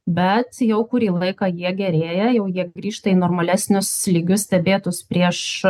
bet jau kurį laiką jie gerėja jau jie grįžta į normalesnius lygius stebėtus prieš